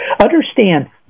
Understand